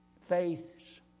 Faith's